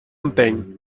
empeny